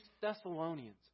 Thessalonians